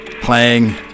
Playing